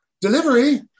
Delivery